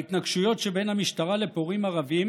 בהתנגשויות שבין המשטרה לפורעים ערבים,